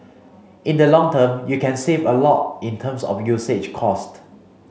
in the long term you can save a lot in terms of usage cost